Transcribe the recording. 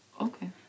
Okay